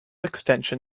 extension